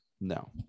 No